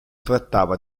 trattava